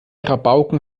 rabauken